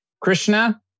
Krishna